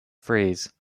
freeze